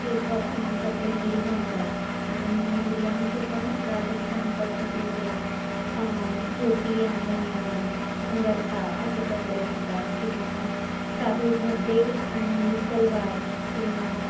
हे क कपडे मुली घालतात आणि मुलांचे पण राजस्थानी पद्धतीचे धोती आणि अंगरखा असे कपडे असतात किंवा मग साधे झब्बे आणि सलवार किंवा